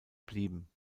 blieben